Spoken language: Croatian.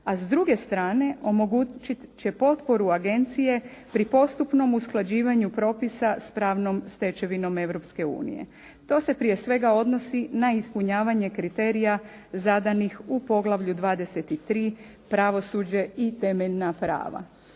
a s druge strane omogućit će potporu agencije pri postupnom usklađivanju propisa sa pravnom stečevinom Europske unije. To se prije svega odnosi na ispunjavanje kriterija zadanih u poglavlju 23. - Pravosuđe i temeljna prava.